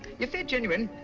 if they're genuine